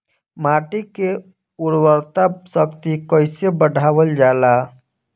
माटी के उर्वता शक्ति कइसे बढ़ावल जाला?